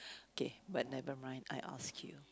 okay but nevermind I ask you